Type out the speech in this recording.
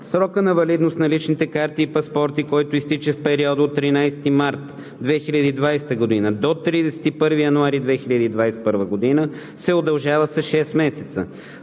Срокът на валидност на личните карти и паспорти, който изтича в периода от 13 март 2020 г. до 31 януари 2021 г., се удължава с 6 месеца.